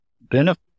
benefit